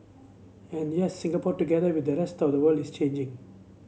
and yes Singapore together with the rest of the world is changing